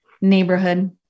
neighborhood